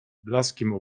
blaskiem